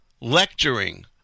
lecturing